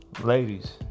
Ladies